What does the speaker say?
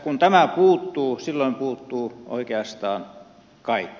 kun tämä puuttuu silloin puuttuu oikeastaan kaikki